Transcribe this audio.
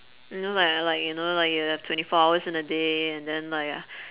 you know like I like you know like you have twenty four hours in a day and then like